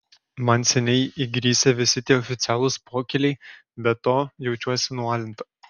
man seniai įgrisę visi tie oficialūs pokyliai be to jaučiuosi nualinta